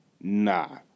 Nah